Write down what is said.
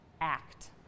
act